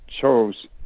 chose